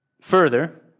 further